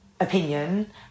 opinion